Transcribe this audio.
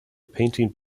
painting